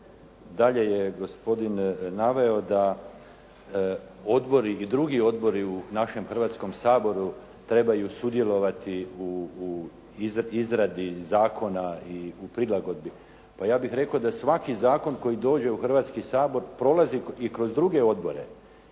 Dalje je gospodin naveo da odbori i drugi odbori u našem Hrvatskom saboru trebaju sudjelovati u izradi zakona i u prilagodbi. Pa ja bih rekao da svaki zakon koji dođe u Hrvatski sabor prolazi i kroz druge odbore